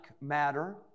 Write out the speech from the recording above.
matter